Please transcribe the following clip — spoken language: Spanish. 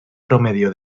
promedio